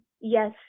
Yes